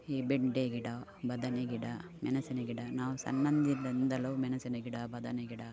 ಈ ಬೆಂಡೆ ಗಿಡ ಬದನೆ ಗಿಡ ಮೆಣಸಿನ ಗಿಡ ನಾವು ಸಣ್ಣಂದಿನಿಂದಲೂ ಮೆಣಸಿನ ಗಿಡ ಬದನೆ ಗಿಡ